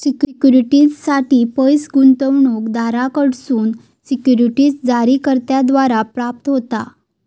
सिक्युरिटीजसाठी पैस गुंतवणूकदारांकडसून सिक्युरिटीज जारीकर्त्याद्वारा प्राप्त होता